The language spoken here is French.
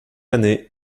année